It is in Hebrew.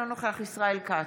אינו נוכח ישראל כץ,